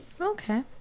Okay